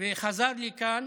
וחזר לכאן.